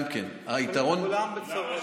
כולם בצרות.